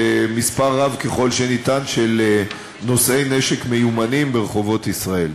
למספר רב ככל שניתן של נושאי נשק מיומנים ברחובות ישראל.